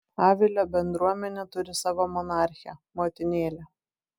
avilio bendruomenė turi savo monarchę motinėlę